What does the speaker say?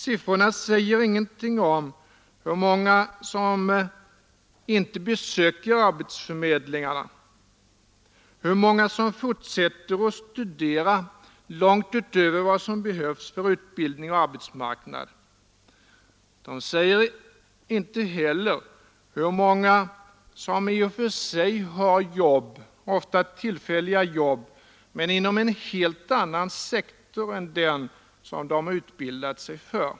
Siffrorna säger ingenting om hur många som inte besöker arbetsförmedlingarna, hur många som fortsätter att studera långt utöver vad som behövs för utbildning och arbetsmarknad, De säger inte heller hur många som i och för sig har jobb, ofta tillfälliga jobb, men inom en helt annan sektor än den som de utbildat sig för.